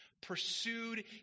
pursued